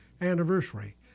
anniversary